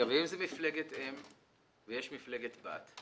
ואם זאת מפלגת אם ויש מפלגת בת?